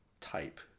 type